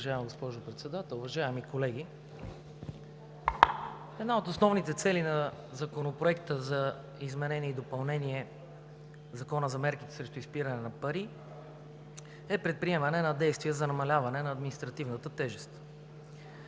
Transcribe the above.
уважаема госпожо Председател. Уважаеми колеги! Една от основните цели на Законопроекта за изменение и допълнение на Закона за мерките срещу изпирането на пари е предприемане на действие за намаляване на административната тежест